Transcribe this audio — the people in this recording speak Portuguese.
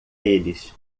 eles